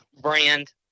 brand